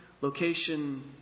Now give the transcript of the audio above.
location